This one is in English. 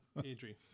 Adri